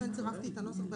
לכן צירפתי את הנוסח.